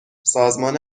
سازمان